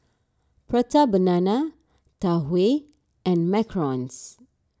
Prata Banana Tau Huay and Macarons